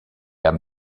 haben